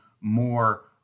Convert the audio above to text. more